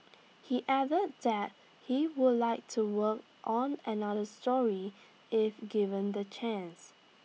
he added that he would like to work on another story if given the chance